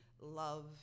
love